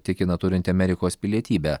tikina turinti amerikos pilietybę